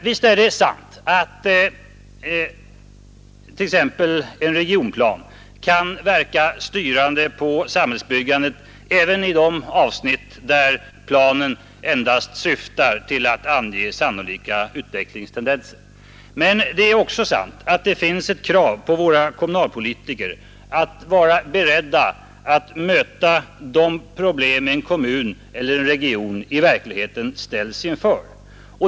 Visst är det sant att en regionplan kan verka styrande på samhällsbyggandet även i de avsnitt där den endast syftar till att ange sannolika utvecklingstendenser. Men det finns också ett krav på våra kommunalpolitiker att vara beredda att möta de problem en kommun eller en region i verkligheten ställs inför.